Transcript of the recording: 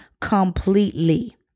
completely